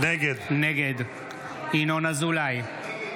נגד ינון אזולאי,